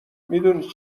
میدونی